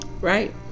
Right